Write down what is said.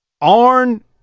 Arn